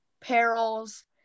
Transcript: Peril's